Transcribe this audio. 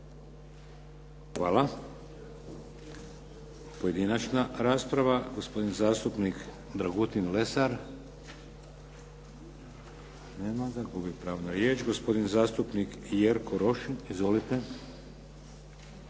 Hvala. Pojedinačna rasprava. Gospodin zastupnik Dragutin Lesar. Nema ga. Gubi pravo na riječ. Gospodin zastupnik Jerko Rošin. Izvolite.